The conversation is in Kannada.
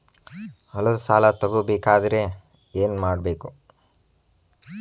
ಹೊಲದ ಸಾಲ ತಗೋಬೇಕಾದ್ರೆ ಏನ್ಮಾಡಬೇಕು?